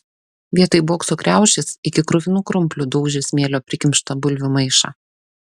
vietoj bokso kriaušės iki kruvinų krumplių daužė smėlio prikimštą bulvių maišą